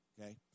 Okay